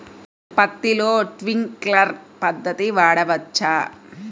పత్తిలో ట్వింక్లర్ పద్ధతి వాడవచ్చా?